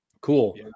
Cool